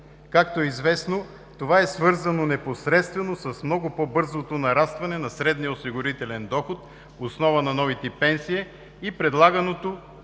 Както е известно, това е свързано непосредствено с много по-бързото нарастване на средния осигурителен доход в основа на новите пенсии и предлаганото